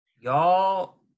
y'all